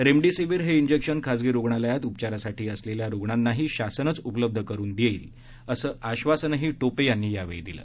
remdesivir हे injection खासगी रुग्णालयात उपचारासाठी असणाऱ्या रुग्णांनाही शासनच उपलब्ध करून देईल असं आश्वासनही टोपे यांनी दिलं